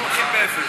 הוועדה,